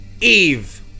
Eve